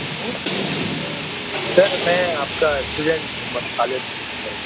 سر میں آپ کا اسٹوڈنٹ محمد خالد حُسین